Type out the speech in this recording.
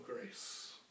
grace